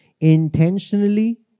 intentionally